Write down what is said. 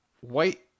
white